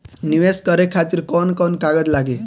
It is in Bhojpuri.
नीवेश करे खातिर कवन कवन कागज लागि?